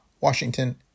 Washington